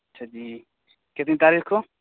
اچھا جی کتنی تاریخ کو